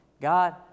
God